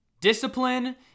Discipline